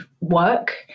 work